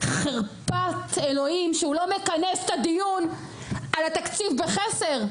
חרפת אלוהים שהוא לא מכנס את הדיון על התקציב בחסר,